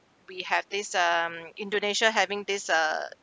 we have this um indonesia having this uh